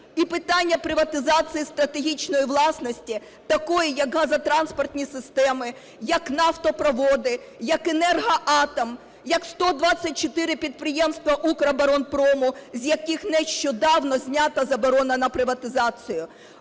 і питання приватизації стратегічної власності, такої, як газотранспортні системи, як нафтопроводи, як "Енергоатом", як 124 підприємства "Укроборонпрому", з яких нещодавно знята заборона на приватизацію.